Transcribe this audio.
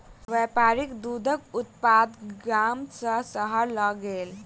व्यापारी दूधक उत्पाद गाम सॅ शहर लय गेल